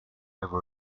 ever